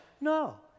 No